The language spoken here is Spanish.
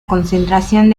concentración